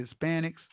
Hispanics